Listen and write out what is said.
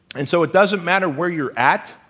and so it doesn't matter where you're at,